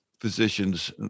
physicians